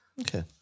Okay